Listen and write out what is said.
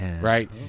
Right